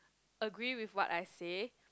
agree with what I say